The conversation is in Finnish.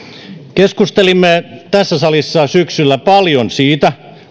keskustelimme tässä salissa syksyllä paljon siitä